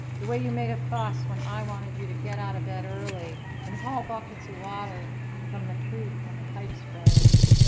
the way you made a fuss when i wanted you to get out of bed early and haul buckets of ah water from the creek when the pipes froze.